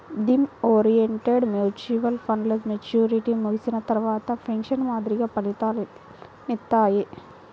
theme oriented mutual ఫండ్లు maturity ముగిసిన తర్వాత పెన్షన్ మాదిరిగా ఫలితాలనిత్తాయి